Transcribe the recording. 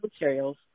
materials